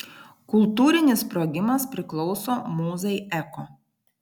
kultūrinis sprogimas priklauso mūzai eko